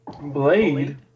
Blade